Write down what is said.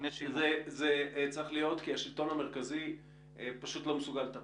זה צריך להיות כי השלטון המרכזי פשוט לא מסוגל לטפל.